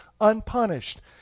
unpunished